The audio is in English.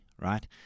right